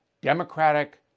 democratic